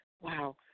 Wow